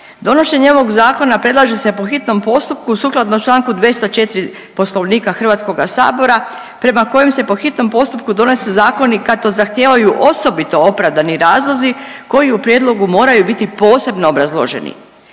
Donošenje ovog Zakona predlaže se po hitnom postupku sukladno čl. 204 Poslovnika HS-a, prema kojem se po hitnom postupku donose zakoni kad to zahtijevaju osobito opravdani razlozi koji u prijedlogu moraju biti posebno obrazloženi.